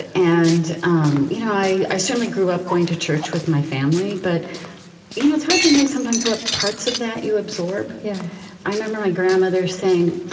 and um you know i i certainly grew up going to church with my family, but you know, it's hard to know sometimes what parts of that you absorb yeah i remember my grandmother saying,